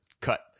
cut